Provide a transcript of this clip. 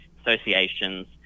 associations